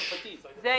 זה,